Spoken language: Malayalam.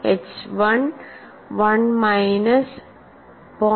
H 1 1 minus 0